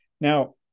Now